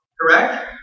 Correct